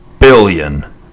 billion